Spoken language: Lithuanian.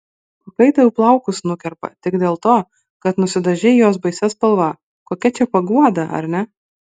o kai tau plaukus nukerpa tik dėl to kad nusidažei juos baisia spalva kokia čia paguoda ar ne